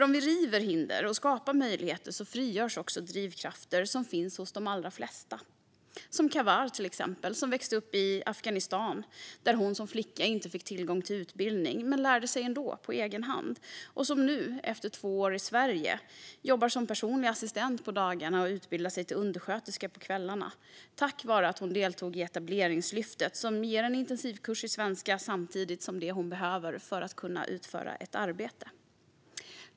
Om vi river hinder och skapar möjligheter frigörs nämligen också drivkrafter som finns hos de allra flesta - som Kahwar, som växte upp i Afghanistan där hon som flicka inte fick tillgång till utbildning men som lärde sig ändå, på egen hand, och som nu, efter två i Sverige, jobbar som personlig assistent på dagarna och utbildar sig till undersköterska på kvällarna tack vare att hon deltog i Etableringslyftet, som ger en intensivkurs i svenska samtidigt som det man behöver för att kunna utföra ett arbete.